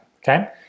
okay